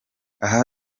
aha